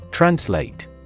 Translate